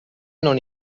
non